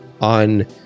on